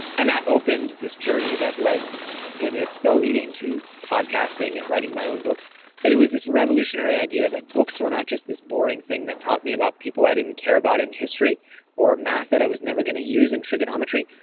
and that opened this journey that led in and is still leading to podcasting and writing my own books but it was this revolutionary idea that books were not just this boring thing that taught me about people i didn't care about in history or math that i was never going to use in trigonometry.